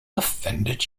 offended